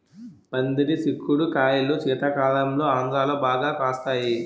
పందిరి సిక్కుడు కాయలు శీతాకాలంలో ఆంధ్రాలో బాగా కాస్తాయి